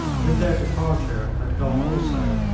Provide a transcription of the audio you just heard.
with their departure had gone, also,